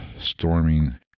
storming